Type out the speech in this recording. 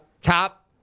top